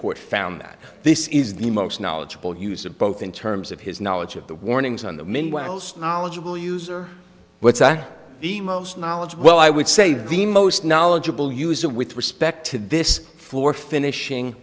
court found that this is the most knowledgeable use of both in terms of his knowledge of the warnings on the men whilst knowledgeable user what's actually the most knowledge well i would say that the most knowledgeable user with respect to this for finishing